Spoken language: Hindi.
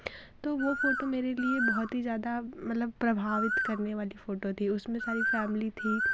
तो वह फ़ोटो मेरे लिए बहुत ही ज़्यादा मतलब प्रभावित करने वाली फ़ोटो थी उसमें सारी फैमली थी